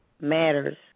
matters